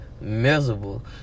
miserable